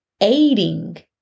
aiding